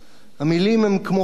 המלים הן כמו חול,